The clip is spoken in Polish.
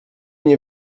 nie